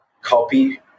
copy